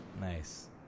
Nice